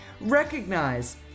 Recognize